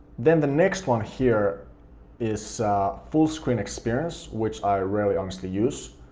then the next one here is full screen experience, which i rarely honestly use.